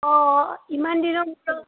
অঁ ইমান দিনৰ মূৰত